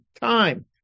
time